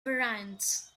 variants